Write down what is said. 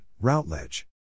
Routledge